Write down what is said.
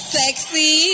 sexy